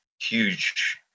huge